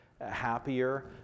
happier